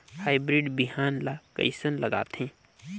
Hybrid बिहान ला कइसन लगाथे?